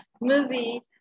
movie